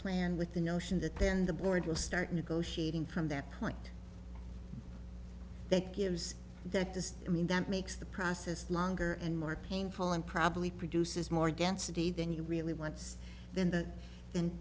plan with the notion that then the board will start negotiating from that point that gives that does that mean that makes the process longer and more painful and probably produces more density than he really wants then t